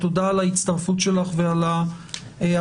תודה על ההצטרפות שלך ועל ההמתנה.